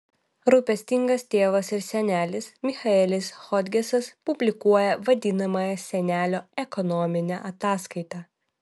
rūpestingas tėvas ir senelis michaelis hodgesas publikuoja vadinamąją senelio ekonominę ataskaitą